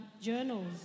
journals